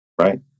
right